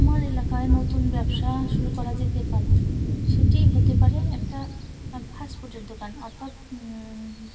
আমার এলাকায় নতুন ব্যবসা শুরু করা যেতে পারে সেটি হতে পারে একটা ফাস্ট ফুডের দোকান অর্থাৎ